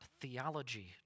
theology